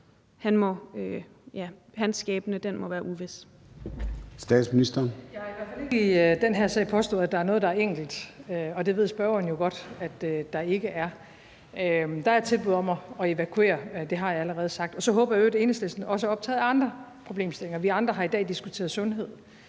drengs skæbne må være uvis?